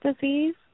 disease